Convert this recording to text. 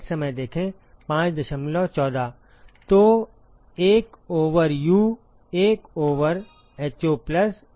तो 1 over u 1 over ho plus 1 over en